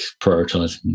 prioritizing